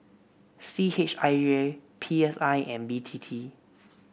C H I J P S I and B T T